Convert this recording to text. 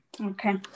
Okay